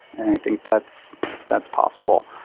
and i think that's that's possible.